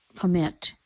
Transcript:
commit